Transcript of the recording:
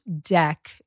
deck